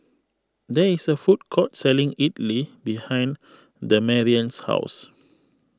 there is a food court selling Idly behind Demarion's house